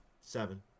Seven